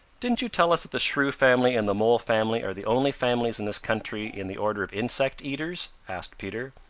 didn't you tell us that the shrew family and the mole family are the only families in this country in the order of insect-eaters? asked peter.